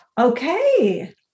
Okay